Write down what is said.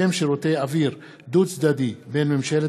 הסכם שירותי אוויר דו-צדדי בין ממשלת